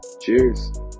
Cheers